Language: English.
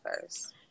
first